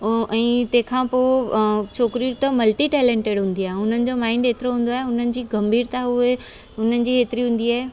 ओ ऐं तंहिंखां पोइ अ छोकिरियूं त मल्टी टेलेंटिड हूंदियूं आहे हुननि जो माइंड एतिरो हूंदो आहे गम्भीरता उहे हुननि जी एतिरी हूंदी आहे